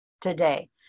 today